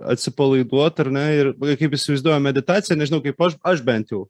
atsipalaiduot ar ne ir kaip įsivaizduojam meditaciją nežinau kaip aš aš bent jau